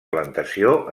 plantació